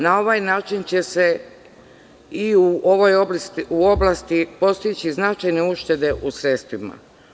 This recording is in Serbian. Na ovaj način će se i u ovoj oblasti postići značajne uštede u sredstvima.